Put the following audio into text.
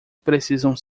precisam